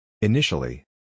Initially